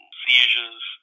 seizures